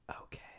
Okay